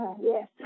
yes